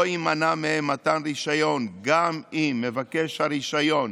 לא יימנע מהם מתן רישיון גם אם מבקש הרישיון